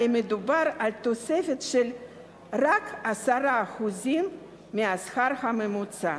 הרי מדובר על תוספת של רק 10% מהשכר הממוצע,